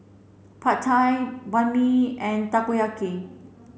Pad Thai Banh Mi and Takoyaki